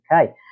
Okay